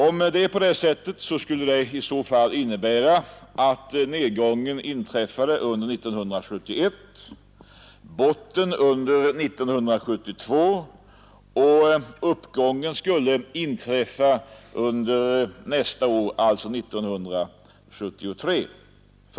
Om det är på det sättet skulle det innebära att nedgången inträffade under 1971, botten nås under 1972 och uppgången skulle inträffa först under nästa år, alltså under 1973.